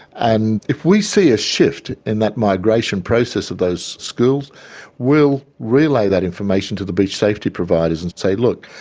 and if we see a shift in that migration process of those schools we'll relay that information to the beach safety providers and say, look,